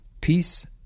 peace